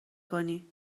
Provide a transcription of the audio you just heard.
کنی